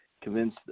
convince